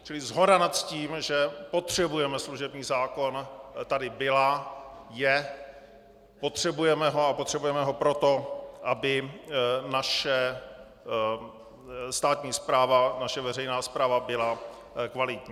Čili shoda nad tím, že potřebujeme služební zákon, tady byla, je, potřebujeme ho a potřebujeme ho proto, aby naše státní, veřejná správa byla kvalitní.